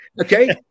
Okay